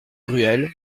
gruel